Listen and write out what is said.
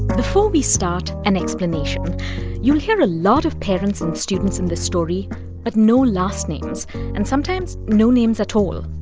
before we start, an explanation you'll hear a lot of parents and students in this story but no last names and sometimes no names at all.